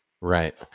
Right